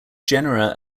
genera